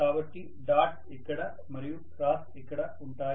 కాబట్టి డాట్స్ ఇక్కడ మరియు క్రాస్ ఇక్కడ ఉంటాయి